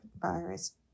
Virus